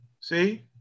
See